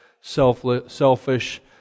selfish